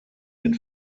den